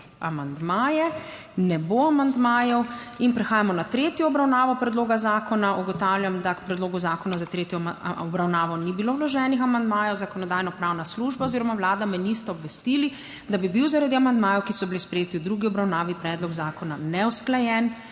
amandmaje? Ne bo amandmajev. Prehajamo na tretjo obravnavo predloga zakona. Ugotavljam, da k predlogu zakona za tretjo obravnavo ni bilo vloženih amandmajev. Zakonodajno-pravna služba oziroma Vlada me nista obvestili, da bi bil zaradi amandmajev, ki so bili sprejeti v drugi obravnavi, predlog zakona neusklajen.